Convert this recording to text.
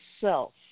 self